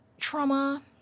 Trauma